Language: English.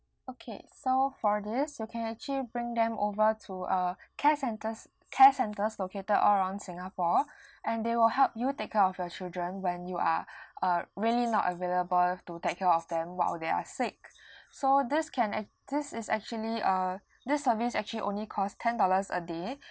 okay so for this you can actually bring them over to uh care centres care centres located all around singapore and they will help you take care of your children when you are uh really not available to take care of them while they are sick so this can act~ this is actually uh this service actually only costs ten dollars a day